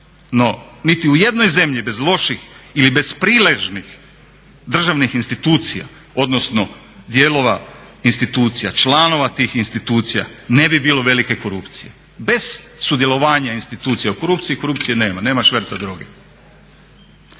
no niti u jednoj zemlji bez loših ili bez priležnih državnih institucija odnosno dijelova institucija, članova tih institucija ne bi bilo velike korupcije. Bez sudjelovanja institucija u korupciji, korupcije nema, nema šverca droge.